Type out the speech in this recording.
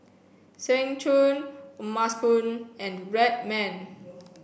Seng Choon O'ma Spoon and Red Man